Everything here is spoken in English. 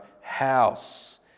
house